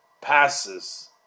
passes